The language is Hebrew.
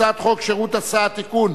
הצעת חוק שירותי הסעד (תיקון,